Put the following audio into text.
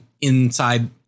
inside